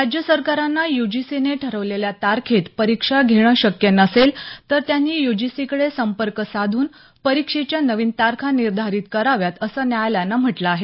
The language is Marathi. राज्य सरकारांना यूजीसीने ठरवलेल्या तारखेत परीक्षा घेणं शक्य नसेल तर त्यांनी यूजीसीकडे संपर्क साधून परीक्षेच्या नवीन तारखा निर्धारित कराव्यात असं न्यायालयानं म्हटलं आहे